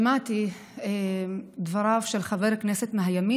שמעתי את דבריו של חבר הכנסת מהימין,